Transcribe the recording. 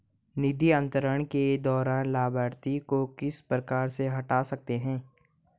निधि अंतरण के दौरान लाभार्थी को किस प्रकार से हटा सकते हैं?